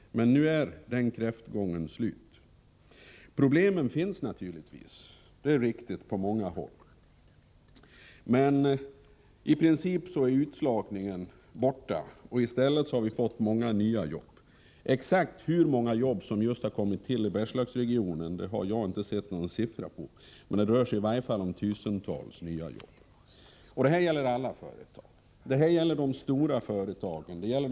Men nu är, som sagt, den kräftgången stoppad. Det är naturligtvis riktigt att det finns problem på många håll, men i princip har utslagningen upphört. I stället har många nya jobb kommit till. Hur många jobb som har kommit till just i Bergslagsregionen har jag inte någon exakt siffra på, men det rör sig i varje fall om tusentals jobb. Det gäller alla företag, såväl stora som medelstora och små.